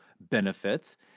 benefits